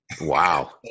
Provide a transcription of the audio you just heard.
Wow